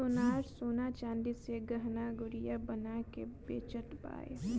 सोनार सोना चांदी से गहना गुरिया बना के बेचत बाने